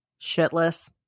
Shitless